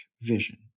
vision